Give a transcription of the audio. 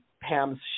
Pam's